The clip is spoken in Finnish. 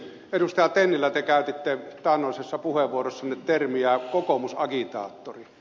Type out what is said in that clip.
tennilä te käytitte taannoisessa puheenvuorossanne termiä kokoomusagitaattori